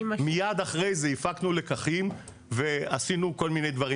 מיד אחרי זה הפקנו לקחים ועשינו כל מיני דברים.